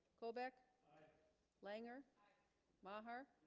colbeck langer maher